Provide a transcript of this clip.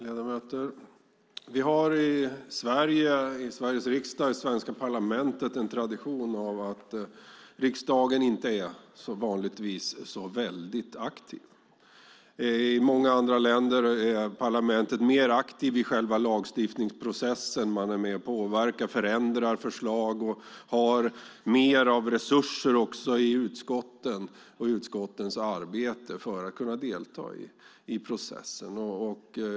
Fru talman! Ledamöter! Vi har i Sveriges riksdag, i det svenska parlamentet, en tradition att riksdagen vanligtvis inte är så aktiv. I många andra länder är parlamentet mer aktivt i själva lagstiftningsprocessen. Man är med och påverkar och förändrar förslag och har också mer resurser i utskotten och för utskottens arbete för att kunna delta i processen.